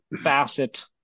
facet